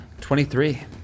23